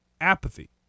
apathy